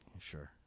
Sure